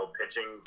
pitching